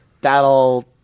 That'll